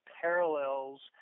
parallels